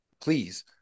please